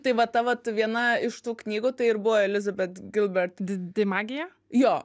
tai va ta vat viena iš tų knygų tai ir buvo elizabet gilbert didi magija jo